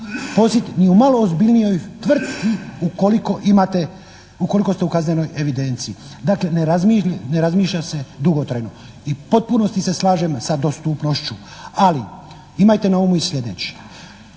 zaposliti ni u malo ozbiljnijoj tvrtci ukoliko imate, ukoliko ste u kaznenoj evidenciji, dakle ne razmišlja se dugotrajno. I u potpunosti se slažem sa dostupnošću, ali imajte na umu i sljedeće: